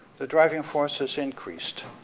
the driving force is increased,